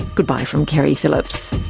goodbye, from keri phillips